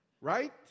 Right